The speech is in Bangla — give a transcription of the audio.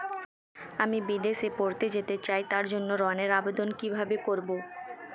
আমি বিদেশে পড়তে যেতে চাই তার জন্য ঋণের আবেদন কিভাবে করব?